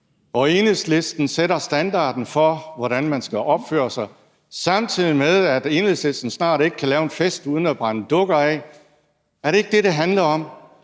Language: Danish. hvor Enhedslisten sætter standarden for, hvordan man skal opføre sig, samtidig med at Enhedslisten snart ikke kan lave en fest uden at brænde dukker af? Er det ikke det, det handler om: